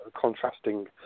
contrasting